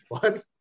fun